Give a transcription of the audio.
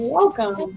Welcome